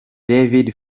david